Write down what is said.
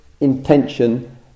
intention